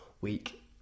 week